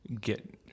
get